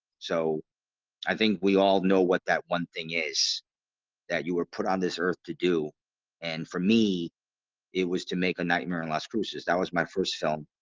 so i think we all know what that one thing is that you were put on this earth to do and for me it was to make a nightmare in las cruces. that was my first film.